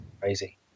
Crazy